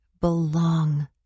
belong